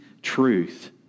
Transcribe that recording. truth